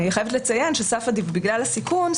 אני חייבת לציין שבגלל הסיכון,